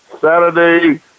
Saturday